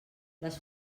les